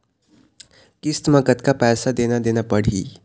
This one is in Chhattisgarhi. किस्त म कतका पैसा देना देना पड़ही?